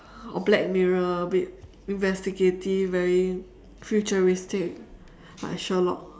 or black mirror a bit investigative very futuristic like sherlock